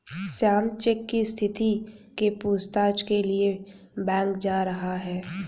Shyam cheque की स्थिति के पूछताछ के लिए बैंक जा रहा है